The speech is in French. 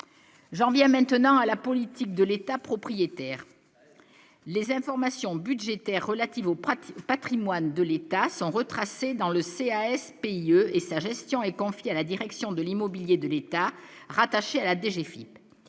j'en viens maintenant à la politique de l'État propriétaire les informations budgétaires relatives aux pratiques Patrimoine de l'État sont retracés dans le C. CCAS PIE et sa gestion est confiée à la direction de l'immobilier de l'État, rattaché à la DG